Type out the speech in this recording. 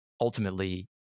ultimately